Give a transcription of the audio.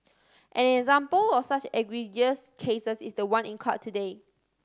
an example of such egregious cases is the one in court today